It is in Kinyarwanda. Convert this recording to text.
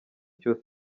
cyose